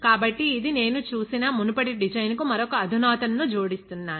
కాబట్టి ఇది నేను చూసిన మునుపటి డిజైన్ కు మరొక అధునాతన ను జోడిస్తున్నాను